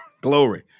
Glory